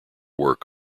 work